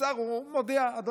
לשר הוא מודיע: אדוני,